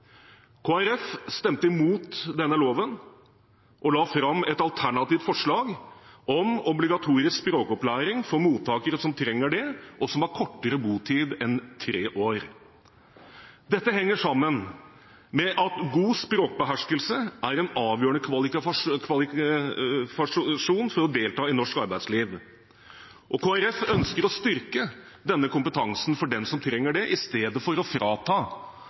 stemte imot denne loven og la fram et alternativt forslag om obligatorisk språkopplæring for mottakere som trenger det, og som har kortere botid enn tre år. Dette henger sammen med at god språkbeherskelse er en avgjørende kvalifikasjon for å delta i norsk arbeidsliv. Kristelig Folkeparti ønsker å styrke denne kompetansen for dem som trenger det, istedenfor å frata en gruppe småbarnsforeldre valgfriheten og muligheten til å